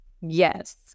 Yes